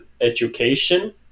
education